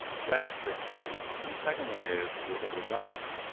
so that's the first key point. and the second one is with a robust